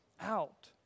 out